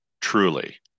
truly